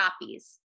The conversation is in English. copies